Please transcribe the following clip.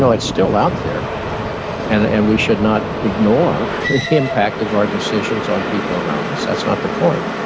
so it's still out there and and we should not ignore the impact of our decisions on people around us. that's not the point.